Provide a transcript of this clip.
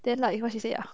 then like what she say ah